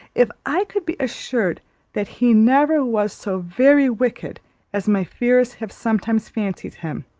if i could be assured that he never was so very wicked as my fears have sometimes fancied him,